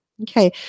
Okay